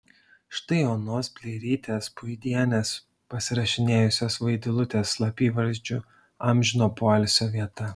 štai onos pleirytės puidienės pasirašinėjusios vaidilutės slapyvardžiu amžino poilsio vieta